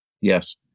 yes